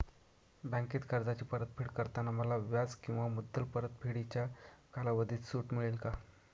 बँकेत कर्जाची परतफेड करताना मला व्याज किंवा मुद्दल परतफेडीच्या कालावधीत सूट मिळेल का?